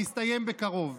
זה יסתיים בקרוב.